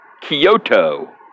Kyoto